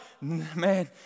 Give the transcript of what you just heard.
Man